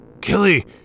Killy